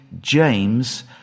James